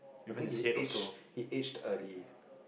I think he aged he aged early